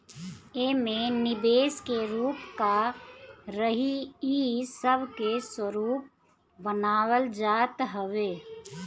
एमे निवेश के रूप का रही इ सब के स्वरूप बनावल जात हवे